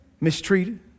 Mistreated